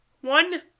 one